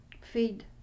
feed